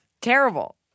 Terrible